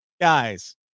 guys